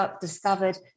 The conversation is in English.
discovered